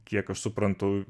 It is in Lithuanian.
kiek aš suprantu